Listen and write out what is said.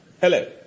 Hello